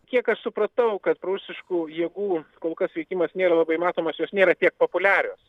kiek aš supratau kad prorusiškų jėgų kol kas veikimas nėra labai matomas jos nėra tiek populiarios